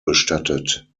bestattet